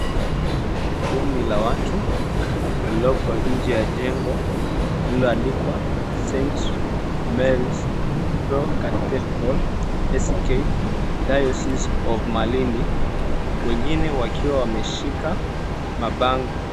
Kundi la watu waliopo nje ya jengo lililoandikwa Saint Mary's Pro Cathedral ACK Diocese of Malindi, wengine wakiwa wameshika mabango.